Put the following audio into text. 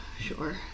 Sure